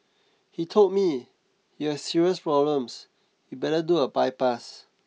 he told me you have serious problems you better do a bypass